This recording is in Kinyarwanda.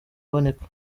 aboneka